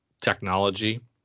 technology